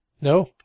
No